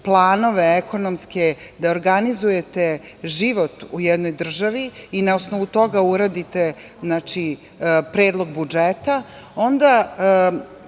planove ekonomske, da organizujete život u jednoj državi i na osnovu toga uradite predlog budžeta, onda